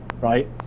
right